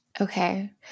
Okay